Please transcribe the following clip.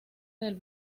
del